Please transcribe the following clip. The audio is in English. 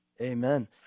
Amen